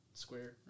Square